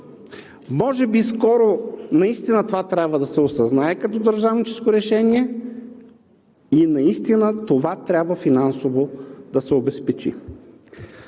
Може би скоро наистина това трябва да се осъзнае като държавническо решение и наистина това трябва финансово да се обезпечи.